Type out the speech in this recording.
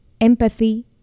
empathy